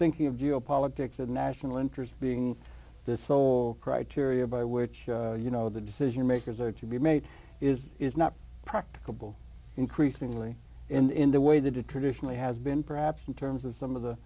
thinking of geopolitics and national interest being this so criteria by which you know the decision makers are to be made is is not practicable increasingly in the way they did traditionally has been perhaps in terms of some of the